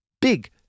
Big